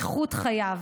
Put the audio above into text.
על איכות חייו,